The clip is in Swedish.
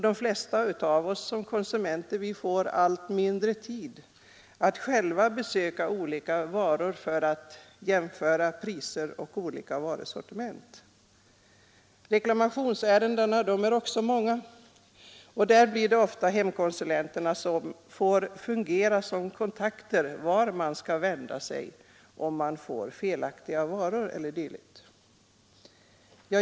De flesta av oss får allt mindre tid att gå i affärer och prova och jämföra olika varusortiment. Reklamationsärendena är också många, och där blir det ofta hemkonsulenterna som får fungera som kontakter för upplysning om vart man skall vända sig, om man får felaktiga varor o. d.